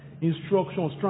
Instructions